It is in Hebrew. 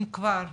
אם כבר,